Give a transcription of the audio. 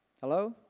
Hello